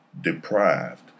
deprived